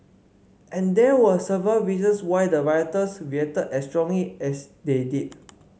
and there were several reasons why the rioters reacted as strongly as they did